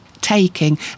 taking